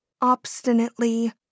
obstinately